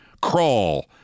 crawl